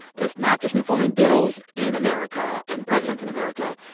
it's not just informing bills in america and presidents in america.